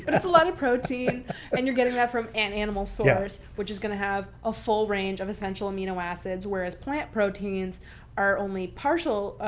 but that's a lot of protein and you're getting that from an animal source, which is going to have a full range of essential amino acids, whereas plant proteins are only partial